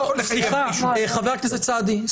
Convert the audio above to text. חבר הכנסת סעדי.